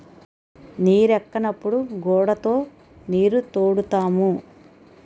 నీరెక్కనప్పుడు గూడతో నీరుతోడుతాము